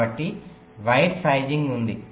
కాబట్టి wire sizing ఉంది